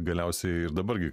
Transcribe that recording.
galiausiai ir dabar gi